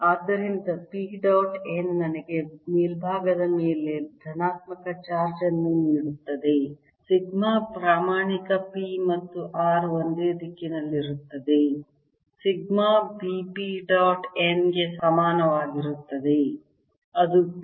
ಆದ್ದರಿಂದ p dot n ನನಗೆ ಮೇಲ್ಭಾಗದ ಮೇಲೆ ಧನಾತ್ಮಕ ಚಾರ್ಜ್ ಅನ್ನು ನೀಡುತ್ತದೆ ಸಿಗ್ಮಾ ಪ್ರಾಮಾಣಿಕ p ಮತ್ತು r ಒಂದೇ ದಿಕ್ಕಿನಲ್ಲಿರುತ್ತದೆ sigma b p dot n ಗೆ ಸಮಾನವಾಗಿರುತ್ತದೆ ಅದು p